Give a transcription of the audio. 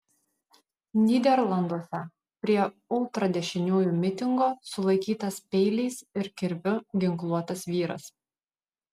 nyderlanduose prie ultradešiniųjų mitingo sulaikytas peiliais ir kirviu ginkluotas vyras